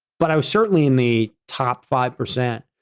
but i was certainly in the top five percent.